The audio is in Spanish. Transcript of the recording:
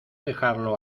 dejarlo